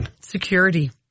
Security